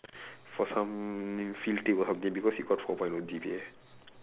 for some field thing or something because he got four point O G_P_A